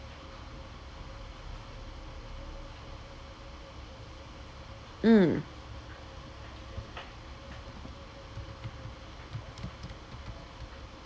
mm